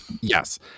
Yes